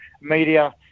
media